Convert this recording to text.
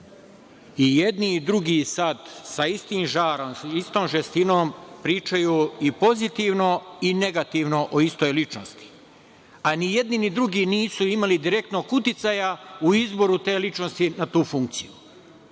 I jedni i drugi sad, sa istim žarom i istom žestinom, pričaju i pozitivno i negativno o istoj ličnosti. A ni jedni ni drugi nisu imali direktnog uticaja u izboru te ličnosti na tu funkciju.I